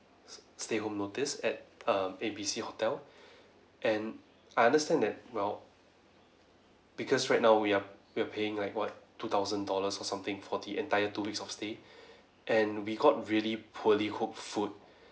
stay home notice at err A B C hotel and I understand that well because right now we are we are paying like what two thousand dollars or something for the entire two weeks of stay and we got really poorly cooked food